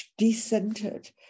decentered